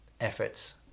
efforts